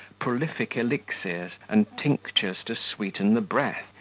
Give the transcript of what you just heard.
prolific elixirs, and tinctures to sweeten the breath.